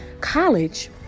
college